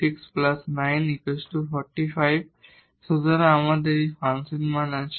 সুতরাং আমাদের এই ফাংশনের মান আছে